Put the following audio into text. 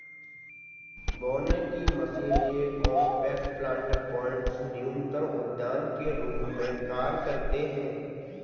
बोने की मशीन ये कॉम्पैक्ट प्लांटर पॉट्स न्यूनतर उद्यान के रूप में कार्य करते है